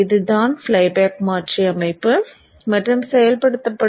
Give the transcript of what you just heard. இதுதான் ஃப்ளைபேக் மாற்றி அமைப்பு மற்றும் செயல்படுத்தப்படும்